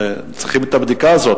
צריכים את הבדיקה הזאת,